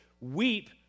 weep